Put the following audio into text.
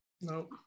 Nope